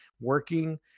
Working